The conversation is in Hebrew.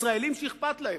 ישראלים שאכפת להם,